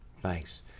Thanks